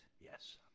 Yes